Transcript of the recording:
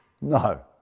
No